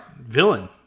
Villain